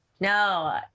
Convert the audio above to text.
No